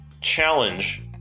challenge